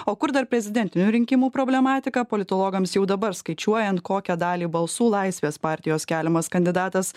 o kur dar prezidentinių rinkimų problematika politologams jau dabar skaičiuojant kokią dalį balsų laisvės partijos keliamas kandidatas